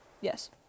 Yes